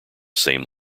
same